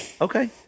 Okay